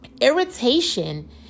irritation